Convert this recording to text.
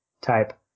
type